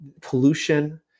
pollution